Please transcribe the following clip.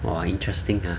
!wah! interesting ah